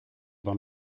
dans